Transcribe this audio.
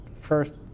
first